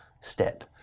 step